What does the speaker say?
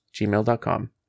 gmail.com